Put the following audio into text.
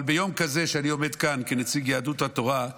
אבל ביום כזה, כשאני עומד כאן כנציג יהדות התורה,